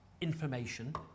information